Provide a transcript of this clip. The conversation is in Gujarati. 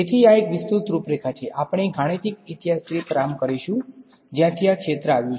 તેથી આ એક વિસ્તૃત રૂપરેખા છે આપણે ગાણિતિક ઇતિહાસથી પ્રારંભ કરીશું જ્યાંથી આ ક્ષેત્ર આવ્યું છે